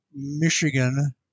Michigan